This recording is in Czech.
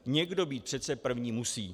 Někdo být přece první musí.